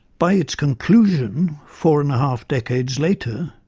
by its conclusion, four and a half decades later,